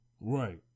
Right